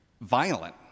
violent